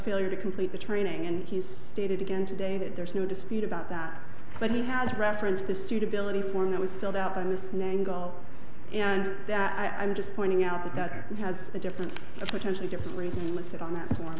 failure to complete the training and he's stated again today that there's no dispute about that but he has referenced the suitability form that was filled out in this nangle and that i'm just pointing out that that has a different potentially different reason listed on that